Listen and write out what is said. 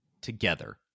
together